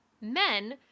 Men